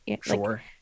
Sure